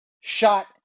shot